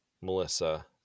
Melissa